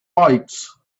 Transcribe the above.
lights